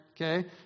okay